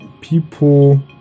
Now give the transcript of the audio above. people